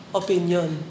opinion